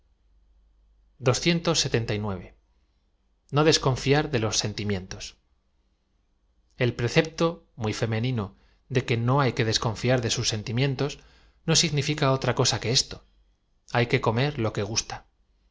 o desconfiar de los sentimieníos el precepto muy femenino de que no h ay que des confiar de sus sentimientos no aignifíca otra cosa que esto hay que comer lo que gusta